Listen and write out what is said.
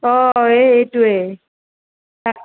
অঁ এইটোৱেই